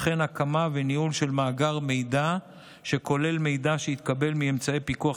וכן הקמה וניהול של מאגר מידע שכולל מידע שהתקבל מאמצעי פיקוח